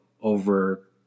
over